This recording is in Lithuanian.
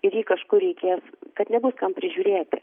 ir jį kažkur reikės kad nebus kam prižiūrėti